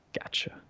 Gotcha